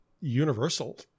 universal